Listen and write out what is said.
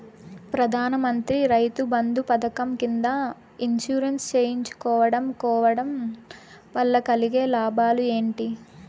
ప్రధాన మంత్రి రైతు బంధు పథకం కింద ఇన్సూరెన్సు చేయించుకోవడం కోవడం వల్ల కలిగే లాభాలు ఏంటి?